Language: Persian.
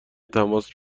تماس